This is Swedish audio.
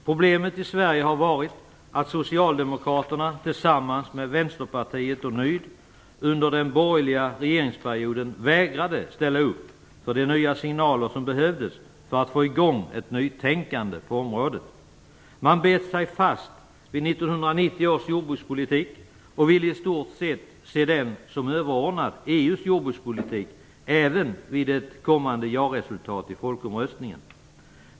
Problemet i Sverige har varit att Socialdemokraterna tillsammans med Vänsterpartiet och Nydemokraterna under den borgerliga regeringsperioden vägrade att ställa upp för de nya signaler som behövdes för att få i gång ett nytänkande på området. Man bet sig fast vid 1990 års jordbrukspolitik och ville i stort se den som överordnad EU:s jordbrukspolitik även vid ett kommande ja-resultat i folkomröstningen.